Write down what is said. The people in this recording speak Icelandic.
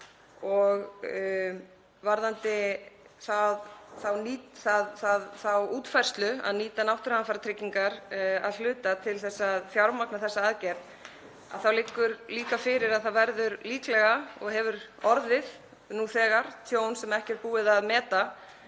Varðandi þá útfærslu að nýta náttúruhamfaratryggingar að hluta til þess að fjármagna þessa aðgerð þá liggur líka fyrir að það verður líklega og hefur nú þegar orðið tjón sem ekki er búið að meta